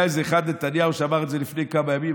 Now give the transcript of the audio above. היה איזה אחד, נתניהו, שאמר את זה לפני כמה ימים.